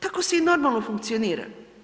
Tako se i normalno funkcionira.